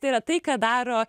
tai yra tai ką daro